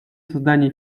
создания